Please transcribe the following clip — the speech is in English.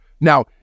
Now